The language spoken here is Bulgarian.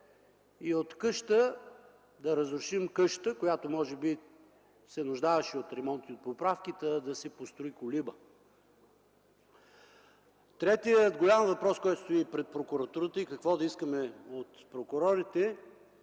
и от къща да разрушим къща, която може би се нуждаеше от ремонтни поправки, та да се построи колиба. Третият голям въпрос, който стои пред прокуратурата, е какво да искаме от прокурорите,